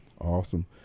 Awesome